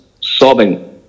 sobbing